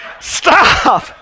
Stop